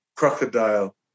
crocodile